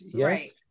Right